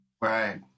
right